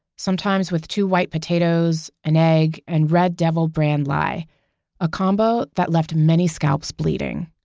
sometimes with two white potatoes, an egg and red devil brand lye a combo that left many scalps bleeding.